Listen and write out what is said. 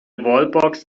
wallbox